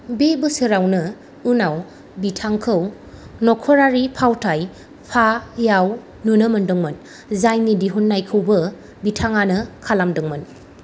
बे बोसोरावनो उनाव बिथांखौ नखरारि फावथाय फायाव नुनो मोनदोंमोन जायनि दिहुन्नायखौबो बिथाङानो खालामदोंमोन